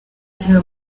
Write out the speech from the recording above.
filime